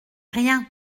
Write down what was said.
rien